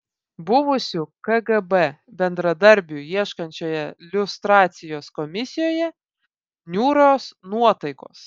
buvusių kgb bendradarbių ieškančioje liustracijos komisijoje niūrios nuotaikos